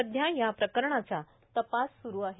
सध्या या प्रकरणाचा तपास सुरू आहे